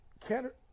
Canada